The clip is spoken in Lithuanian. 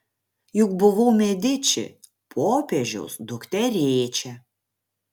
juk buvau mediči popiežiaus dukterėčia